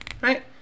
right